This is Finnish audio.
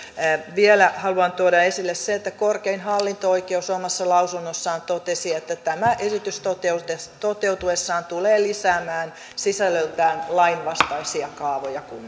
vielä haluan tuoda esille sen että korkein hallinto oikeus omassa lausunnossaan totesi että tämä esitys toteutuessaan tulee lisäämään sisällöltään lainvastaisia kaavoja